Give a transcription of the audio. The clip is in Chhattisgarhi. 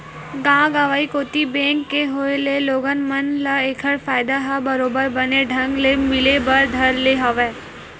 गाँव गंवई कोती बेंक के होय ले लोगन मन ल ऐखर फायदा ह बरोबर बने ढंग ले मिले बर धर ले हवय